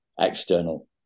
external